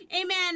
Amen